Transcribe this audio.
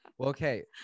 Okay